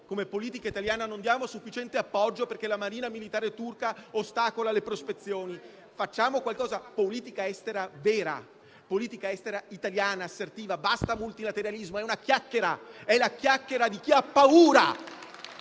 come politica italiana, non diamo sufficiente appoggio perché la marina militare turca ostacola le prospezioni. Facciamo qualcosa, facciamo della vera politica estera, una politica estera italiana assertiva. Basta col multilateralismo: è una chiacchiera, è la chiacchiera di chi ha paura.